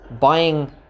buying